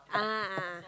ah a'ah